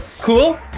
Cool